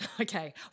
okay